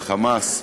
ב"חמאס",